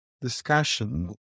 discussion